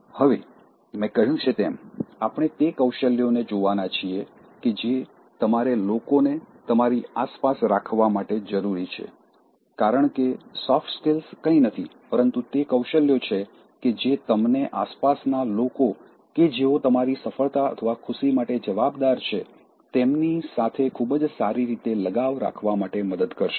હવે મેં કહ્યું છે તેમ આપણે તે કૌશલ્યોને જોવાના છીએ કે જે તમારે લોકોને તમારી આસપાસ રાખવા માટે જરૂરી છે કારણ કે સોફ્ટ સ્કીલ્સ કંઈ નથી પરંતુ તે કૌશલ્યો છે કે જે તમને આસપાસના લોકો કે જેઓ તમારી સફળતા અથવા ખુશી માટે જવાબદાર છે તેમની સાથે ખૂબ જ સારી રીતે લગાવ રાખવા માટે મદદ કરશે